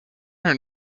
her